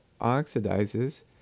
oxidizes